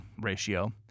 ratio